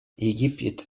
египет